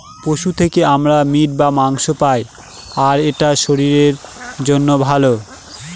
পশু থেকে আমরা মিট বা মাংস পায়, আর এটা শরীরের জন্য ভালো